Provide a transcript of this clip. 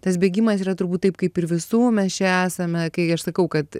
tas bėgimas yra turbūt taip kaip ir visų mes čia esame kai aš sakau kad